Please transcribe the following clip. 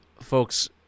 folks